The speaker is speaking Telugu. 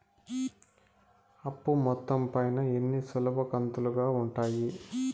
అప్పు మొత్తం పైన ఎన్ని సులభ కంతులుగా ఉంటాయి?